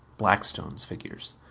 blackstone's figures.